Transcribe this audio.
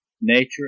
nature